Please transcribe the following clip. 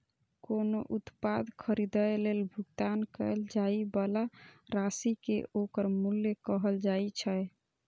कोनो उत्पाद खरीदै लेल भुगतान कैल जाइ बला राशि कें ओकर मूल्य कहल जाइ छै